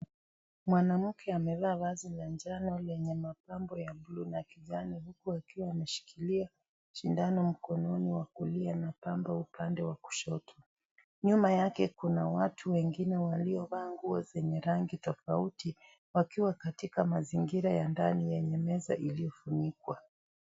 Mwanamke amevaa vazi la njano lenye mapambo ya blu na kijani huku akiwa ameshikilia sindano mkononi wa kulia na pambo upande wa kushoto . Nyuma yake kuna watu wengine waliovaa nguo zenye rangi tofauti wakiwa katika mazingira ya ndani yenye meza iliyofunikwa.